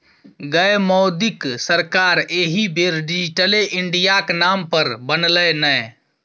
गै मोदीक सरकार एहि बेर डिजिटले इंडियाक नाम पर बनलै ने